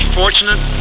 fortunate